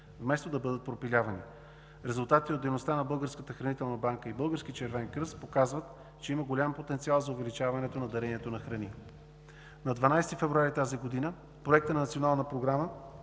вместо да бъдат пропилявани. Резултатите от дейността на Българската хранителна банка и Българския червен кръст показват, че има голям потенциал за увеличаването на дарението на храни. На 12 февруари тази година Проектът на Националната програма